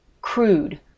crude